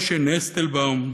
משה נסטלבאום,